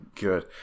good